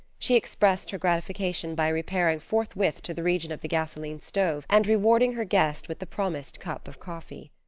she expressed her gratification by repairing forthwith to the region of the gasoline stove and rewarding her guest with the promised cup of coffee.